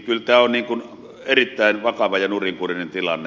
kyllä tämä on erittäin vakava ja nurinkurinen tilanne